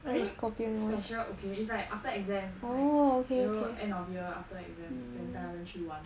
I mean special occasion it's like after exam like you know end of year after exam then 带他们去玩